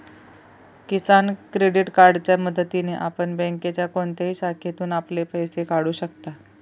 किसान credit कार्डच्या मदतीने आपण बँकेच्या कोणत्याही शाखेतून आपले पैसे काढू शकता